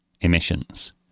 emissions